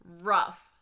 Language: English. Rough